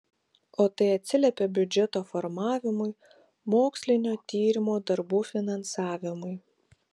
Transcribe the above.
o tai atsiliepia biudžeto formavimui mokslinio tyrimo darbų finansavimui